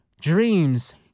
dreams